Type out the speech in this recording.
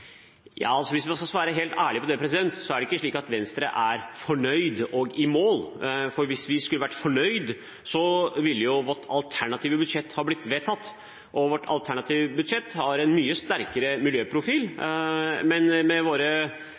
Hvis man skal svare helt ærlig på det, så er det ikke slik at Venstre er fornøyd og i mål. Hvis vi skulle vært fornøyd, ville jo vårt alternative budsjett ha blitt vedtatt. Vårt alternative budsjett har en mye sterkere miljøprofil, men med våre